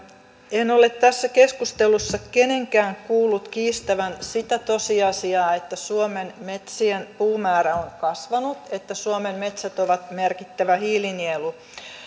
en ole tässä keskustelussa kenenkään kuullut kiistävän sitä tosiasiaa että suomen metsien puumäärä on kasvanut että suomen metsät ovat merkittävä hiilinielu